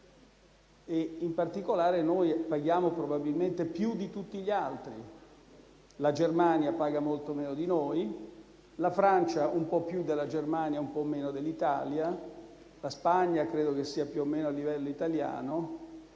in particolare, noi paghiamo probabilmente più di tutti gli altri Paesi: la Germania paga molto meno di noi; la Francia un po' più della Germania e un po' meno dell'Italia; la Spagna credo che sia più o meno a livello italiano.